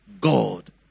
God